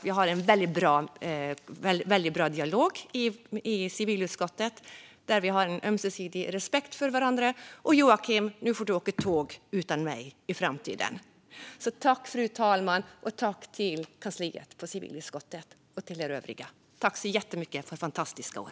Vi har en bra dialog i civilutskottet med ömsesidig respekt för varandra. Joakim! Nu får du åka tåg utan mig i framtiden. Jag tackar fru talmannen, kansliet i civilutskottet och övriga. Tack så mycket för fantastiska år!